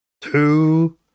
two